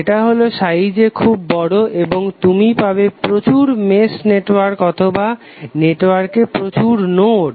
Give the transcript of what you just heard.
সেটা হলো সাইজে খুব বড় এবং তুমি পাবে প্রচুর মেশ নেটওয়ার্ক অথবা নেটওয়ার্কে প্রচুর নোড